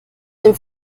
dem